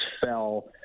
fell